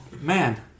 man